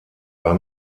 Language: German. war